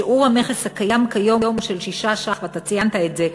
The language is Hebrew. שיעור המכס הקיים כיום של 6 ש"ח אתה ציינת את זה,